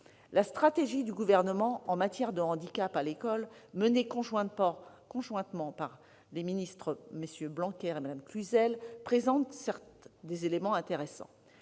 La stratégie du Gouvernement en matière de handicap à l'école, menée conjointement par M. Jean-Michel Blanquer et Mme Sophie Cluzel, présente certes des éléments intéressants.